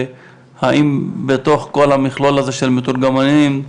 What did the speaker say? והאם בתוך כל המכלול הזה של מתורגמנים,